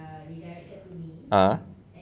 ah